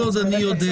בזה ונגיע